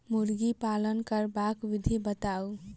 मुर्गी पालन करबाक विधि बताऊ?